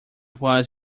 was